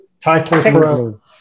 Title